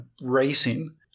racing